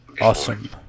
awesome